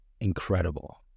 incredible